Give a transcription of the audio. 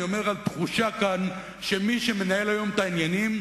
והתחושה כאן היא שמי שמנהל היום את העניינים,